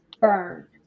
burned